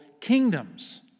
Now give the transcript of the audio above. kingdoms